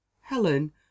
helen